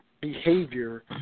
Behavior